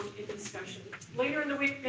the discussion. later in the week,